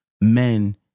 men